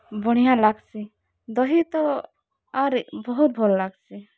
ବଢ଼ିଆ ଲାଗ୍ସି ଦହି ତ ଆର୍ ବହୁତ୍ ଭଲ୍ ଲାଗ୍ସି